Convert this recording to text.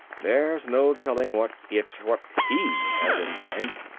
there's no telling what it what he has in mind.